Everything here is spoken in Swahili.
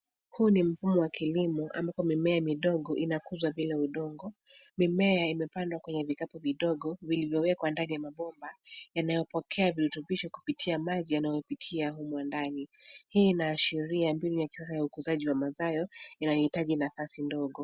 Huu ni mfumo wa kilimo ambapo mimea midogo inakuzwa bila udongo. Mimea imepandwa kwenye vikapu vidogo vilivyowekwa ndani ya mabomba yanayopokea virutubisho kupitia maji yanayo pitia humo ndani. Hii inaashiria mbinu ya kisasa ya ukuzaji wa mazao inayohitaji nafasi ndogo.